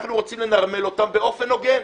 אנחנו רוצים לנרמל אותם באופן הוגן.